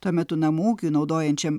tuo metu namų ūkiui naudojančiam